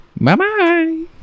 Bye-bye